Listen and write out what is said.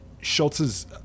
Schultz's